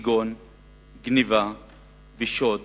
כגון גנבה ושוד,